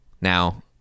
Now